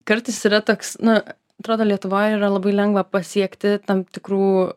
kartais yra toks na atrodo lietuvoj yra labai lengva pasiekti tam tikrų